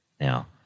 Now